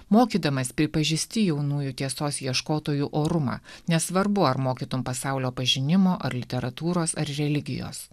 mokydamas pripažįsti jaunųjų tiesos ieškotojų orumą nesvarbu ar mokytum pasaulio pažinimo ar literatūros ar religijos